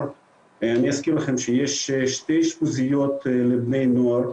אני אזכיר לכם שיש שתי אשפוזיות לבני נוער,